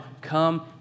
come